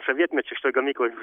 sovietmečiu šitoj gamykloj